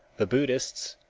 the buddhists,